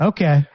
Okay